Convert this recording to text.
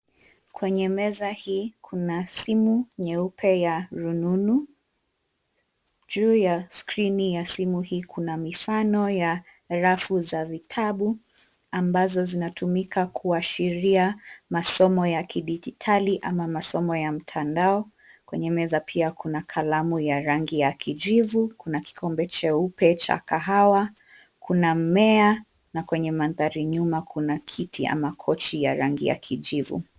Kwenye meza hii kuna simu nyeupe ya rununu. Juu ya skrini ya simu hii kuna mifano ya rafu za vitabu, ambazo zinatumika kuashiria masomo ya kidigitali ama masomo ya mtandao. Kwenye meza pia kuna kalamu ya rangi ya kijivu. Kuna kikombe cheupe cha kahawa. Kuna mmea, na kwenye mandhari nyuma kuna kiti ama Kochi cha rangi ya kijivu.